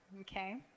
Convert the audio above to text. okay